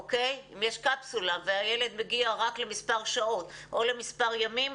אם יש קפסולה והילד מגיע רק למספר שעות או למספר ימים,